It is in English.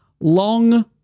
long